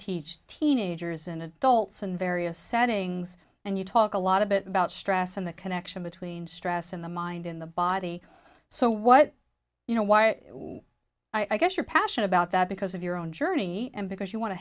teach teenagers and adults in various settings and you talk a lot of it about stress and the connection between stress in the mind in the body so what you know why i guess your passion about that because of your own journey and because you want to